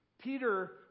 Peter